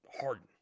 Harden